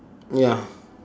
ya